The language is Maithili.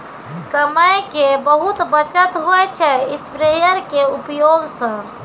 समय के बहुत बचत होय छै स्प्रेयर के उपयोग स